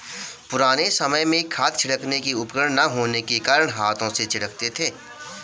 पुराने समय में खाद छिड़कने के उपकरण ना होने के कारण हाथों से छिड़कते थे